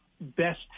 best